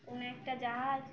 কোনো একটা জাহাজ